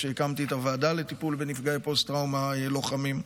כשהקמתי את הוועדה לטיפול בנפגעי פוסט-טראומה לוחמים.